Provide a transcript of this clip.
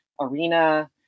arena